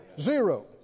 Zero